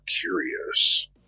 curious